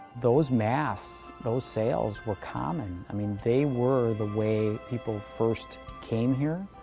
those masts, those sails, were common. i mean, they were the way people first came here,